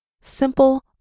simple